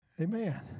Amen